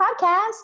podcast